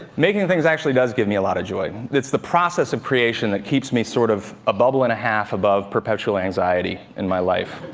making things actually does give me a lot of joy. it's the process of creation that keeps me sort of a bubble and a half above perpetual anxiety in my life,